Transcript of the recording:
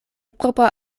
propra